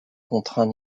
contraint